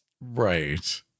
Right